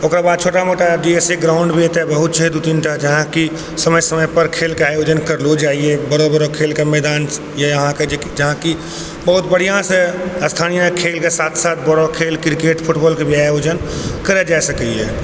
ओकर बाद छोटा मोटा बी एस ए ग्राउण्ड भी एतय बहुत छै दू तीन टा जहाँ कि समय समय पर खेल के आयोजन करलो जाइए बड़ो बड़ो खेलके मैदान यऽ जहाँकि बहुत बढ़िआँ सँ स्थानीय खेलके साथ साथ बड़ो खेल क्रिकेट फुटबालके भी आयोजन करल जा सकैए